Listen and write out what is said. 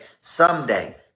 someday